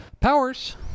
Powers